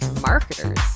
marketers